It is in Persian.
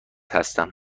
هستم